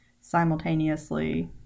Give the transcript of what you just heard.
simultaneously